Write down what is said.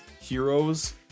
heroes